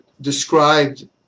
described